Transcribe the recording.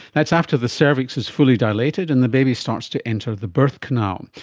that's after the cervix is fully dilated and the baby starts to enter the birth canal.